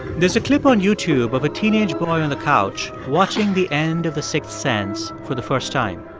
there's a clip on youtube of a teenage boy on the couch watching the end of the sixth sense for the first time.